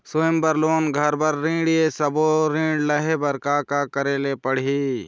स्वयं बर लोन, घर बर ऋण, ये सब्बो ऋण लहे बर का का करे ले पड़ही?